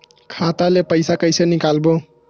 खाता ले पईसा कइसे निकालबो?